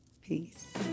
Peace